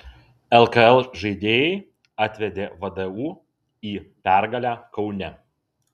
lkl žaidėjai atvedė vdu į pergalę kaune